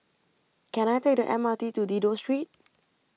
Can I Take The M R T to Dido Street